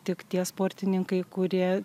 tik tie sportininkai kurie